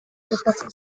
kezkatzen